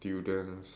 students